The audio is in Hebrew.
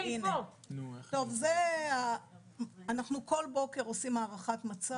אנחנו כל בוקר עושים הערכת מצב.